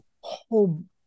home